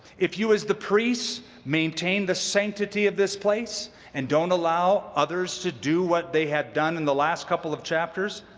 if you as the priests maintain the sanctity of this place and don't allow others to do what they have done in the last couple of chapters,